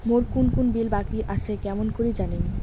মোর কুন কুন বিল বাকি আসে কেমন করি জানিম?